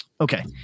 okay